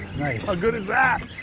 nice. how good is that?